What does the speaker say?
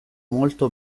molto